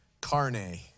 carne